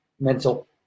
mental